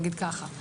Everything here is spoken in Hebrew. נגיד את זה כך.